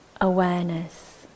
awareness